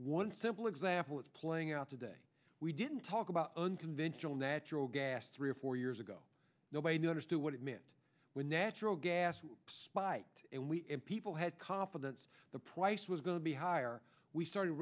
one simple example is playing out today we didn't talk about unconventional natural gas three or four years ago nobody understood what it meant when natural gas spiked and we people had confidence the price was going to be higher we started